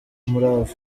umurava